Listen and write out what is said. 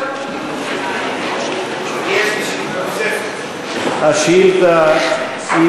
יש לי שאלה נוספת.